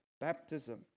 baptism